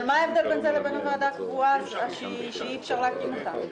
אבל מה ההבדל בין זה לבין ועדה קבועה שאי אפשר להקים אותה?